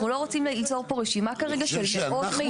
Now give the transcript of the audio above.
אנחנו לא רוצים ליצור פה רשימה כרגע של מאות מיזמים.